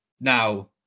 now